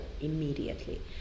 immediately